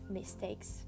mistakes